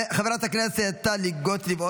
חברת הכנסת טלי גוטליב,